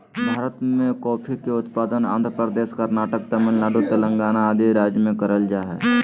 भारत मे कॉफी के उत्पादन आंध्र प्रदेश, कर्नाटक, तमिलनाडु, तेलंगाना आदि राज्य मे करल जा हय